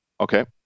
Okay